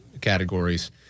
categories